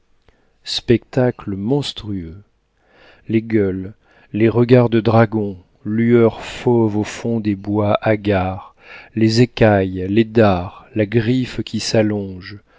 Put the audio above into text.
spectacle monstrueux les gueules les regards de dragon lueur fauve au fond des bois hagards les écailles les dards la griffe qui s'allonge